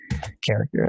character